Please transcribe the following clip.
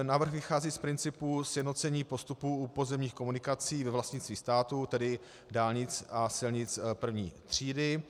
Návrh vychází z principu sjednocení postupů u pozemních komunikací ve vlastnictví státu, tedy dálnic a silnic první třídy.